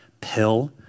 pill